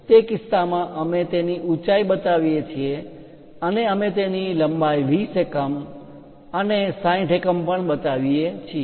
તે કિસ્સામાં અમે તેની ઊંચાઈ બતાવીએ છીએ અને અમે તેની લંબાઈ 20 એકમ અને 60 એકમ પણ બતાવીએ છીએ